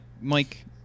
mike